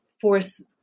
force